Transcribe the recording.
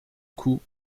cou